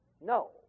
no